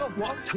ah want